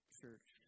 church